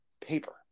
paper